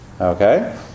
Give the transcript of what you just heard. Okay